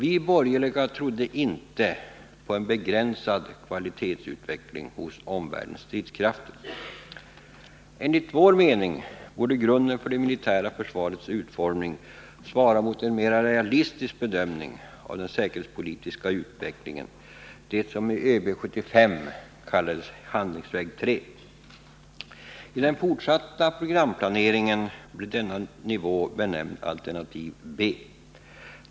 De borgerliga trodde inte på en begränsad kvalitetsutveckling av omvärldens stridskrafter. Enligt vår åsikt borde grunden för det militära försvarets utformning svara mot en mera realistisk bedömning av den säkerhetspolitiska utvecklingen, det som i ÖB 75 kallades handlingsväg 3. Vid den fortsatta programplaneringen blev denna nivå benämnd alternativ B.